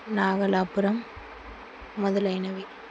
నాగలాపురం మొదలైనవి